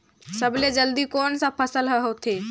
सबले जल्दी कोन सा फसल ह होथे?